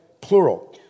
plural